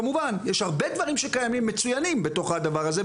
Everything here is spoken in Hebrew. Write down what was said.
כמובן יש הרבה דברים שקיימים ומצוינים בתוך הדבר הזה,